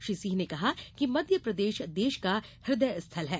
श्री सिंह ने कहा कि मध्यप्रदेश देश का इदय स्थल है